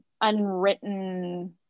unwritten